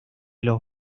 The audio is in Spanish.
los